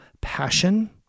passion